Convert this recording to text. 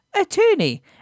Attorney